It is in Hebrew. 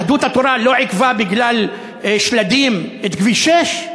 יהדות התורה לא עיכבה בגלל שלדים את כביש 6,